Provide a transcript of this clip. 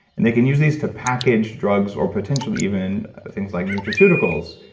they can use these to package drugs, or potentially even things like nutraceuticals,